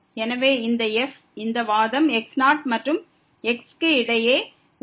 எனவே இந்த f இந்த வாதம் x0 மற்றும் x க்கு இடையே உள்ளது